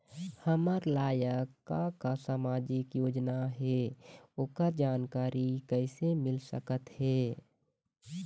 हमर लायक का का सामाजिक योजना हे, ओकर जानकारी कइसे मील सकत हे?